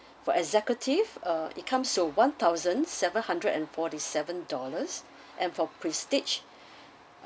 for executive uh it comes to one thousand seven hundred and forty-seven dollars and for prestige